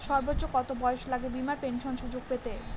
সর্বোচ্চ কত বয়স লাগে বীমার পেনশন সুযোগ পেতে?